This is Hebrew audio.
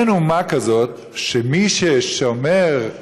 אין אומה כזאת שמי ששומר,